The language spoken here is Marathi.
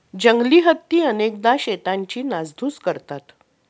जंगली हत्ती अनेकदा शेतांची नासधूस करतात